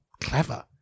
clever